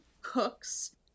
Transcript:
cooks